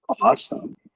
Awesome